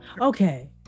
Okay